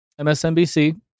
msnbc